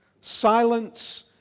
Silence